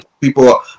people